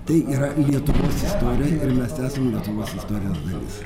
tai yra lietuvos istorija ir mes esam lietuvos istorijos dalis